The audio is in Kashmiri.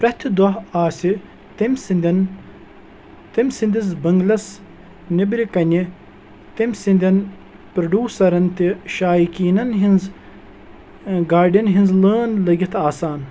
پرٛٮ۪تھٕ دۄہ آسہِ تٔمۍ سٕنٛدین تٔمۍ سٕندِس بنگلس نیٚبرٕ كَنہِ تٔمۍ سٕنٛدین پروڈیوٗسرَن تہِ شایقیٖنَن ہِنٛز گاڑٮ۪ن ہِنٛز لٲن لٔگِتھ آسان